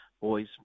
boys